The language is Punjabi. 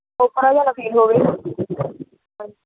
ਓਪਰਾ ਜਿਹਾ ਨਾ ਫੀਲ ਹੋਵੇ ਹਾਂਜੀ